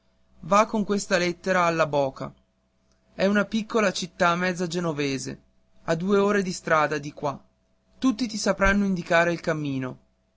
va con questa lettera alla boca è una piccola città mezza genovese a due ore di strada di qua tutti ti sapranno indicare il cammino